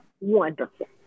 Wonderful